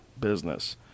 business